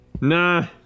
nah